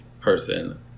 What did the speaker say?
person